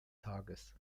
tages